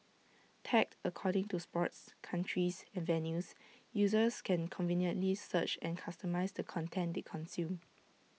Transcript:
tagged according to sports countries and venues users can conveniently search and customise the content they consume